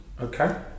Okay